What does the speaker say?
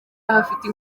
ahafite